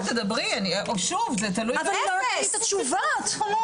רויטל תדברי, שוב זה תלוי --- תנו לי תשובות.